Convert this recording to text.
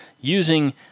using